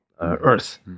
earth